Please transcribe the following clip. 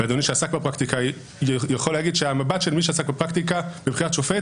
ואדוני שעסק בפרקטיקה יכול להגיד שהמבט של מי שעסק בפרקטיקה לבחירת שופט